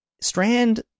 Strand